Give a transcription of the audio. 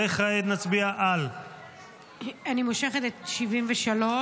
וכעת נצביע על --- אני מושכת את 73,